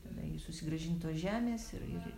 tada i susigrąžintos žemės ir ir